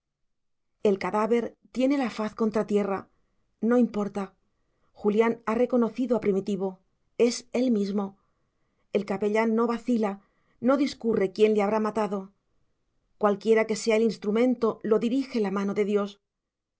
el cadáver tiene la faz contra tierra no importa julián ha reconocido a primitivo es él mismo el capellán no vacila no discurre quién le habrá matado cualquiera que sea el instrumento lo dirige la mano de dios